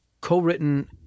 Co-written